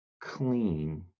clean